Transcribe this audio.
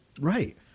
right